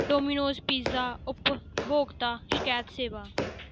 Domino's pizza उप भोक्ता शकैत सेवा